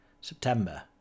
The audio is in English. September